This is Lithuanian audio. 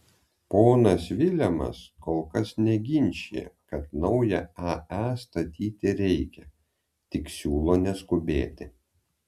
ponas vilemas kol kas neginčija kad naują ae statyti reikia tik siūlo neskubėti